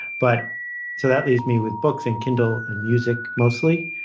but so that leaves me with books and kindle and music, mostly.